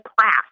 class